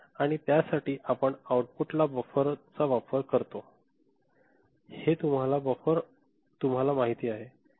आणि त्यासाठी आपण आऊटपुट ला बफर चा वापर वापरतो हे तुम्हाला बफर तुम्हाला माहित आहेच